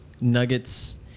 nuggets